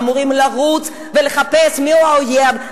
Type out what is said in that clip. אמורים לרוץ ולחפש מי האויב.